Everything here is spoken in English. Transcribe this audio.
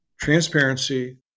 transparency